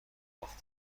اهداف